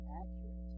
accurate